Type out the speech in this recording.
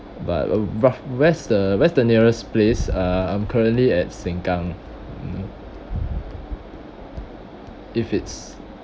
but uh rough where's the where's the nearest place uh I'm currently at sengkang mm if it's